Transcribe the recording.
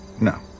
No